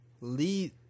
Lead